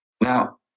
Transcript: Now